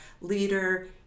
leader